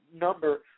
number